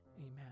Amen